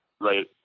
right